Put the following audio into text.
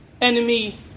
enemy